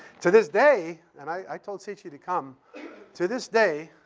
to this day and i told si-chee to come to this day,